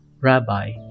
Rabbi